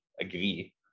agree